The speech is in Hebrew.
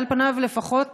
על פניו לפחות,